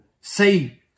say